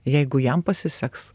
jeigu jam pasiseks